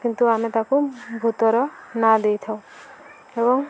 କିନ୍ତୁ ଆମେ ତାକୁ ଭୂତର ନା ଦେଇଥାଉ ଏବଂ